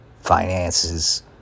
finances